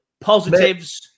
Positives